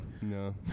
No